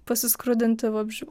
pasiskrudinti vabzdžių